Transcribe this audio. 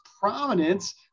prominence